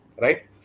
right